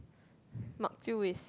mak chew is